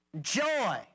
joy